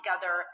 together